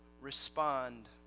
respond